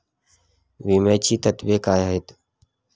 विम्याची तत्वे काय आहेत?